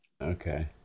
Okay